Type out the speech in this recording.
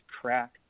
crack